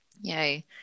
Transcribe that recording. Yay